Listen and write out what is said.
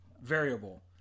variable